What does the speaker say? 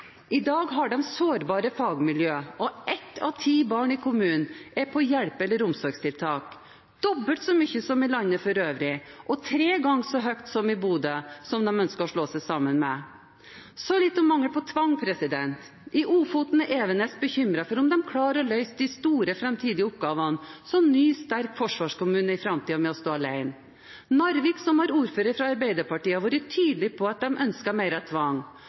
I dag har de sårbare fagmiljø, og ett av ti barn i kommunen er på hjelpe- eller omsorgstiltak – dobbelt så mange som i landet for øvrig og tre ganger så mange som i Bodø, som de ønsker å slå seg sammen med. Så litt om mangel på tvang. I Ofoten er Evenes bekymret for om de klarer å løse de store framtidige oppgavene som ny sterk forsvarskommune ved å stå alene. Narvik, som har ordfører fra Arbeiderpartiet, har vært tydelig på at de ønsker mer tvang.